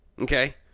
Okay